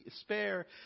spare